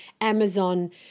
Amazon